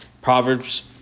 Proverbs